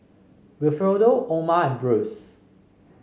Wilfredo Oma and Bruce